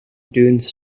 dunes